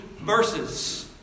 verses